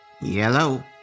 Yellow